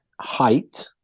height